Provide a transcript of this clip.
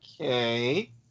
Okay